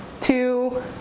two